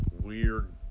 weird